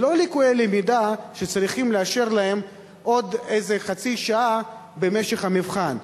אלה לא לקויי למידה שצריכים לאשר להם עוד איזה חצי שעה במשך המבחן,